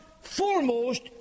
foremost